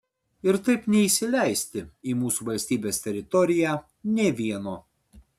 ir taip neįsileisti į mūsų valstybės teritoriją nė vieno